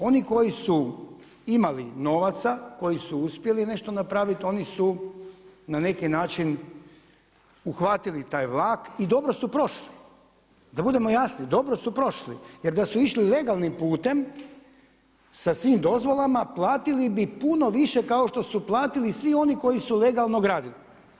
Oni koji su imali novaca, koji su uspjeli nešto napraviti oni su na neki način uhvatili taj vlak i dobro su prošli, da budemo jasni dobro su prošli jer da su išli legalnim putem sa svim dozvolama, platili bi puno više kao što su platili svi oni koji su legalno gradili.